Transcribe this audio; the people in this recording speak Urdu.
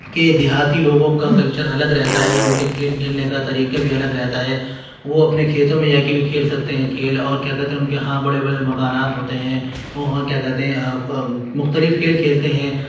کہ دیہاتی لوگوں کا کلچر الگ رہتا ہے ان کے کھیل کھیلنے کا طریقہ بھی الگ رہتا ہے وہ اپنے کھیتوں میں جا کے بھی کھیل سکتے ہیں کھیل اور کیا کہتے ہیں ان کے یہاں بڑے بڑے مکانات ہوتے ہیں وہاں کیا کہتے ہیں مختلف کھیل خیلتے ہیں